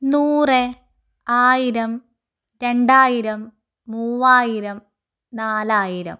നൂറെ ആയിരം രണ്ടായിരം മൂവായിരം നാലായിരം